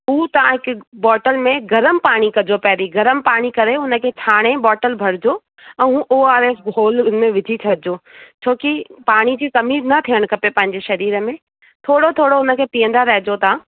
उहो तव्हां हिकु बोटल में गरम पाणी कजो पहिरीं गरम पाणी करे हुनखे छाणे बोटल भरिजो ऐं ओ आर एस गोल हुन में विझी छॾिजो छो की पाणी जी कमी न थियणु खपे पंहिंजे सरीर में थोरो थोरो हुनखे पीअंदा रहिजो तव्हां